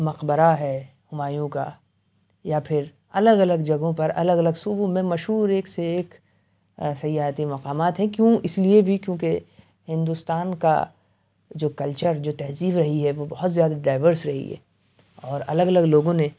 مقبرہ ہے ہمایوں کا یا پھر الگ الگ جگہوں پر الگ الگ صوبوں میں مشہور ایک سے ایک سیاحتی مقامات ہیں کیوں اس لیے بھی کیوں کہ ہندوستان کا جو کلچر جو تہذیب رہی ہے وہ بہت زیادہ ڈیورس رہی ہے اور الگ الگ لوگوں نے